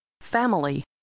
Family